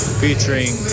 featuring